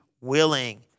willing